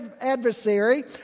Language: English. adversary